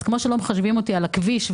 כמו שלא מחייבים אותי על הכביש,